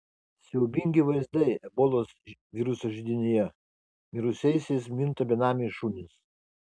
siaubingi vaizdai ebolos viruso židinyje mirusiaisiais minta benamiai šunys